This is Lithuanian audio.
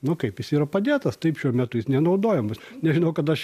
nu kaip jis yra padėtas taip šiuo metu jis nenaudojamas nežinau kada aš